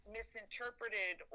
misinterpreted